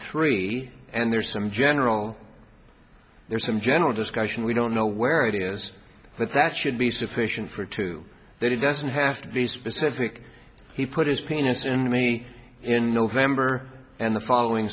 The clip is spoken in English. three and there's some general there's some general discussion we don't know where ideas but that should be sufficient for two that he doesn't have to be specific he put his penis into me in november and the following